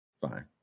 fine